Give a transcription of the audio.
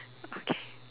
okay